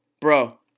bro